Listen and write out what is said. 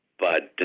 but